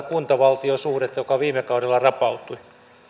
kunta valtio suhdetta joka viime kaudella rapautui